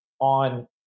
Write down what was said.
on